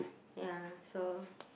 ya so